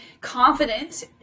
confident